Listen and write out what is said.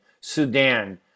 Sudan